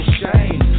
shame